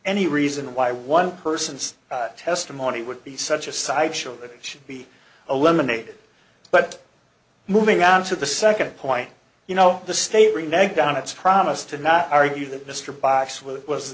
any reason why one person's testimony would be such a sideshow that it should be eliminated but moving on to the second point you know the state re neg down its promise to not argue that mr box with